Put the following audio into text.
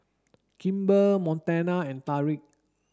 Kimber Montana and Tariq